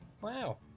wow